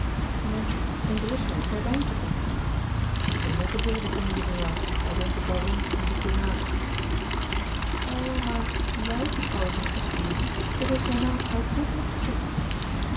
neen in brussel heeft hij wijn verkocht het is een nette boel die familie van jou al zijn ze baron en diplomaat o maar wij beschouwen ze niet als familie dat heeft mama uitdrukkelijk gezegd